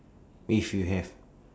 if you have